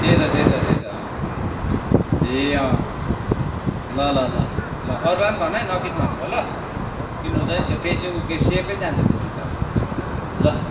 त्यही त त्यही त त्यही त अँ अँ ए अँ अँ ल ल ल ल ल अरूलाई नि भन है नकिन भनेर ल किन्नुहुँदैन त्यो पेस्टिङ उकेपछि सेपै जान्छ त्यो जुत्ताको ल